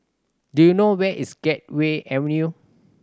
do you know where is Gateway Avenue